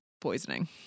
poisoning